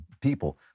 people